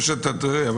אני חושב שאתה טועה.